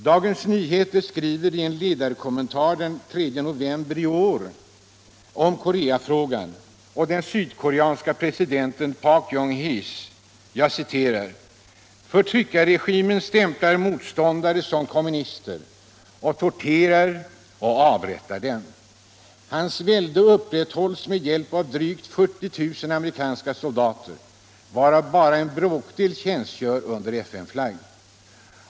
Dagens Nyheter skriver i en ledarkommentar den 3 november i år om Koreafrågan och den sydkoreanske presidenten Park Chung Hee: ”President Parks förtryckarregim stämplar motståndare som kommunister och torterar och avrättar dem. Hans välde upprätthålls med hjälp av drygt 40 000 soldater .